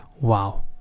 Wow